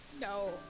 No